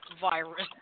Virus